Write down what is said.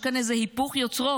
יש כאן איזה היפוך יוצרות.